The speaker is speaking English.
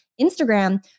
Instagram